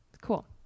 Cool